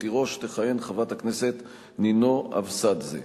תירוש תכהן חברת הכנסת נינו אבסדזה.